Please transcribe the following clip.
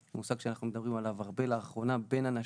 מושג שאנחנו מדברים עליו הרבה לאחרונה, בין אנשים,